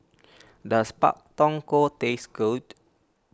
does Pak Thong Ko taste good